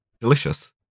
delicious